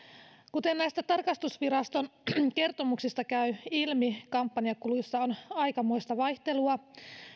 kuten näistä tarkastusviraston kertomuksista käy ilmi kampanjakuluissa on aikamoista vaihtelua